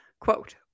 Quote